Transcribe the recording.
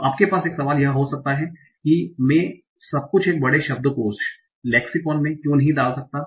तो आपके पास एक सवाल यह हो सकता है कि मैं सब कुछ एक बड़े शब्दकोश लेक्सिकॉन में क्यों नहीं डाल सकता